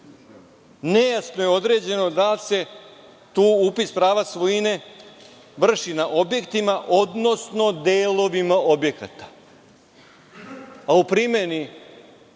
nejasno je određeno da li se tu upis prava svojine vrši na objektima, odnosno delovima objekata, a u primeni